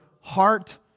heart